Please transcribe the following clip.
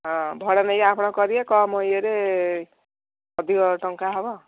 ହଁ ଭଡ଼ା ନେଇ ଆପଣ କରିବେ କମ ଇଏରେ ଅଧିକ ଟଙ୍କା ହବ